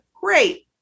Great